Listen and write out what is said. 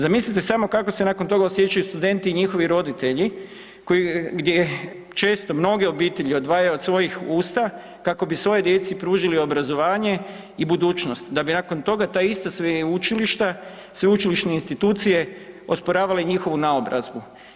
Zamislite samo kako se nakon toga osjećaju studenti i njihovi roditelji gdje je često mnoge obitelji odvajaju od svojih usta kako bi svojoj djeci pružili obrazovanje i budućnost, da bi nakon toga ta ista sveučilišta, sveučilišne institucije osporavale njihovu naobrazbu.